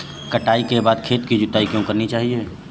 कटाई के बाद खेत की जुताई क्यो करनी चाहिए?